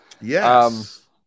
Yes